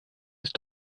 ist